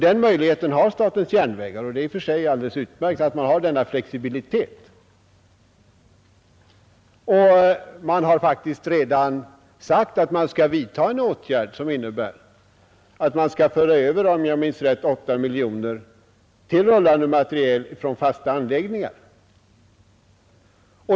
Den möjligheten har SJ, och det är i och för sig alldeles utmärkt att man har denna flexibilitet; man har faktiskt redan sagt att man skall vidta en åtgärd som innebär att man för över, om jag minns rätt, 8 miljoner kronor till rullande materiel från fasta anläggningar.